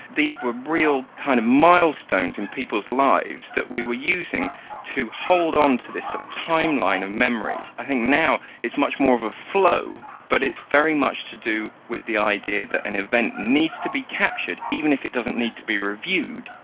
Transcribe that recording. these were real kind of milestones in people's lives that we were using to hold on to this sort of timeline of memories. i think now it's much more of a flow but it's very much to do with the idea that an event needs to be captured, even if it doesn't need to be reviewed,